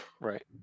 right